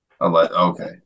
Okay